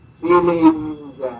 feelings